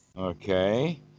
okay